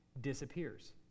disappears